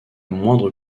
moindre